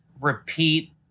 repeat